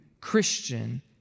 Christian